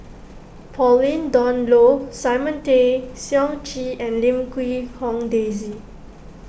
Pauline Dawn Loh Simon Tay Seong Chee and Lim Quee Hong Daisy